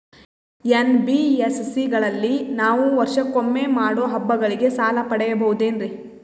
NBSC ಗಳಲ್ಲಿ ನಾವು ವರ್ಷಕೊಮ್ಮೆ ಮಾಡೋ ಹಬ್ಬಗಳಿಗೆ ಸಾಲ ಪಡೆಯಬಹುದೇನ್ರಿ?